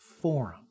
Forum